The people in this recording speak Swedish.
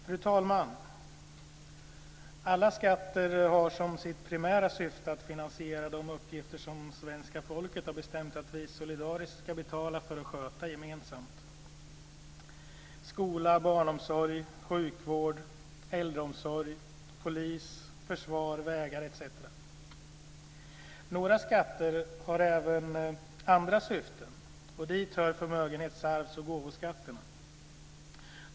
Fru talman! Alla skatter har som sitt primära syfte att finansiera de uppgifter som svenska folket har bestämt att vi solidariskt ska betala för och sköta gemensamt - skola, barnomsorg, sjukvård, äldreomsorg, polis, försvar, vägar etc. Några skatter har även andra syften och dit hör förmögenhets-, arvs och gåvoskatterna.